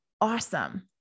awesome